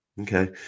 Okay